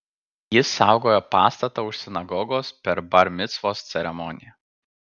jis saugojo pastatą už sinagogos per bar micvos ceremoniją